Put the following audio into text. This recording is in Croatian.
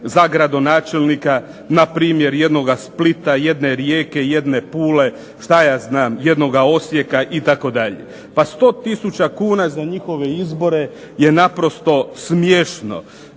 za gradonačelnika npr. jednoga Splita, jedne Rijeke, jedne Pule, jednoga Osijeka itd. Pa 100 tisuća kuna za njihove izbore je naprosto smiješno.